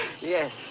yes